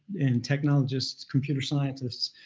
and technologists, computer scientists,